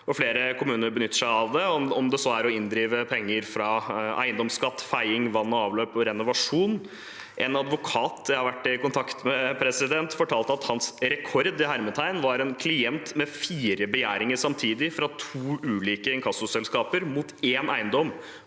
Flere kommuner benytter seg av det, om det så er å inndrive penger for eiendomsskatt, feiing, vann og avløp eller renovasjon. En advokat jeg har vært i kontakt med, fortalte at hans «re kord» var en klient med fire begjæringer samtidig fra to ulike inkassoselskaper mot én eiendom